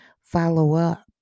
follow-up